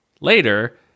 later